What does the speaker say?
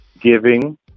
Giving